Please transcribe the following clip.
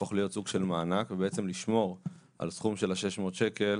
יהפוך להיות סוג של מענק ובעצם לשמור על הסכום של ה-600 שקל